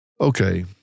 okay